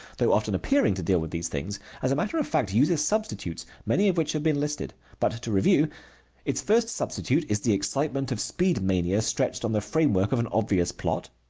though often appearing to deal with these things, as a matter of fact uses substitutes, many of which have been listed. but to review its first substitute is the excitement of speed-mania stretched on the framework of an obvious plot.